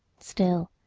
still,